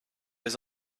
was